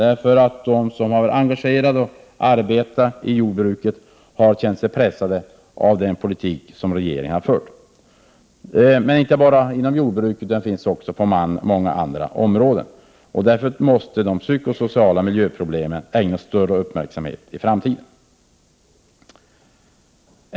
De som har varit engagerade i och som har arbetat inom jordbruket har känt sig pressade av den politik som regeringen har fört. Men dessa problem finns inte bara inom jordbruket, utan de förekommer även på många andra områden. Därför måste de psykosociala miljöproblemen ägnas större uppmärksamhet i framtiden.